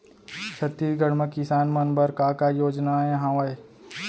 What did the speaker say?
छत्तीसगढ़ म किसान मन बर का का योजनाएं हवय?